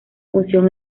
función